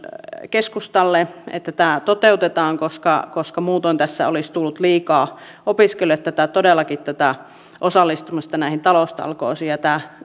keskustalle että tämä toteutetaan koska koska muutoin tässä olisi tullut opiskelijoille liikaa todellakin osallistumista näihin taloustalkoisiin ja tämä